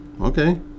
Okay